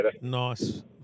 Nice